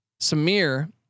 Samir